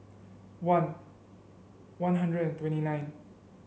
one One Hundred and twenty nine